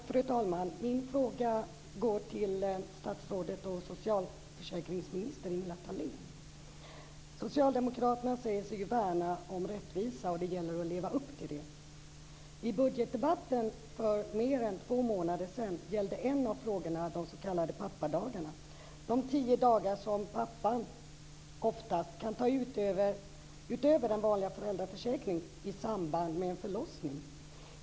Fru talman! Min fråga går till socialförsäkringsminister Ingela Thalén. Socialdemokraterna säger sig värna om rättvisa, och det gäller att leva upp till det. I budgetdebatten för mer än två månader sedan gällde en av frågorna de s.k. pappadagarna, de tio dagar som pappan oftast kan ta ut utöver den vanliga föräldraförsäkringen i samband med en förlossning.